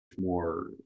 more